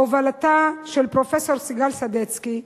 בהובלתה של פרופסור סיגל סדצקי,